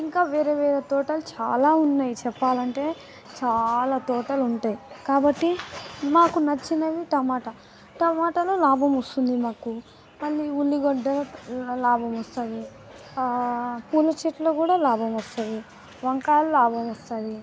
ఇంకా వేరే వేరే తోటలు చాలా ఉన్నాయి చెప్పాలంటే చాలా తోటలు ఉంటాయి కాబట్టి మాకు నచ్చినవి టమాట టమాటలో లాభం వస్తుంది మాకు మళ్ళీ ఉల్లిగడ్డల లాభం వస్తుంది పూల చెట్టులో కూడా లాభం వస్తుంది వంకాయలు లాభం వస్తుంది